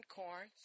corn